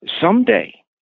someday